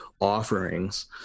offerings